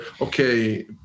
okay